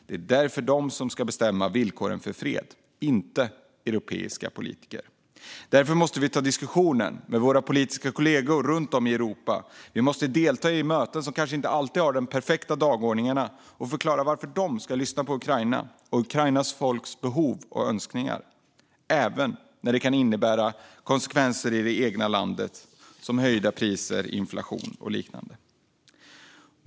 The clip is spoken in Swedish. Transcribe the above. Det är därför de som ska bestämma villkoren för fred, inte europeiska politiker. Därför måste vi ta diskussionen med våra politiska kollegor runt om i Europa. Vi måste delta i möten som kanske inte alltid har perfekta dagordningar och förklara varför de ska lyssna på Ukraina och dess folks behov och önskningar, även när det kan innebära konsekvenser i det egna landet, såsom höjda priser, inflation och liknande.